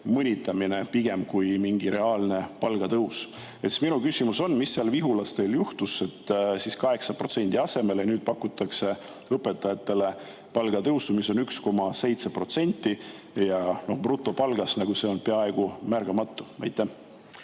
mõnitamine pigem kui mingi reaalne palgatõus. Minu küsimus on: mis seal Vihulas teil juhtus, et 8% asemele pakutakse õpetajatele palgatõusu, mis on 1,7% brutopalgast, mis on peaaegu märkamatu? Aitäh!